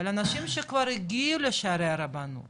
אבל אנשים שכבר הגיעו לשערי הרבנות